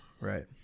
right